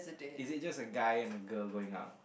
is it just a guy and a girl going out